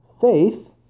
Faith